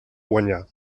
guanyar